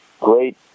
great